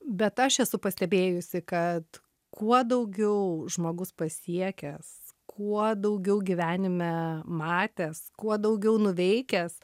bet aš esu pastebėjusi kad kuo daugiau žmogus pasiekęs kuo daugiau gyvenime matęs kuo daugiau nuveikęs